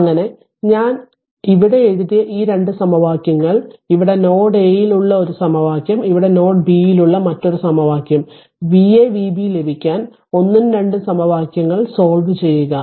അങ്ങനെ ഞാൻ ഇവിടെ എഴുതിയ ആ 2 സമവാക്യങ്ങൾ ഇവിടെ നോഡ് a യിൽ ഉള്ള ഒരു സമവാക്യം ഇവിടെ നോഡ് b യിൽ ഉള്ള മറ്റൊരു സമവാക്യം ആണ് Va Vb ലഭിക്കാൻ 1 ഉം 2 ഉം സമവാക്യങ്ങൾ സോൾവ് ചെയ്യുക